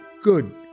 good